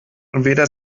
weder